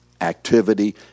activity